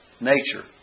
nature